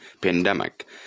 pandemic